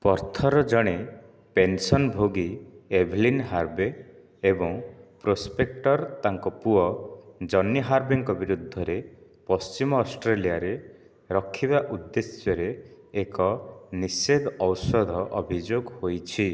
ପର୍ଥ୍ର ଜଣେ ପେନ୍ସନ୍ଭୋଗୀ Evelyn Harvey ଏବଂ ପ୍ରୋସ୍ପେକ୍ଟର ତାଙ୍କ ପୁଅ ଜନି ହାର୍ଭେଙ୍କ ବିରୋଧରେ ପଶ୍ଚିମ ଅଷ୍ଟ୍ରେଲିଆରେ ରଖିବା ଉଦ୍ଦେଶ୍ୟରେ ଏକ ନିଷେଧ ଔଷଧ ଅଭିଯୋଗ ହୋଇଛି